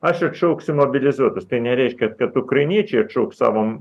aš atšauksiu mobilizuotus tai nereiškia kad ukrainiečiai atšauks savo